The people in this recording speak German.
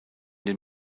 den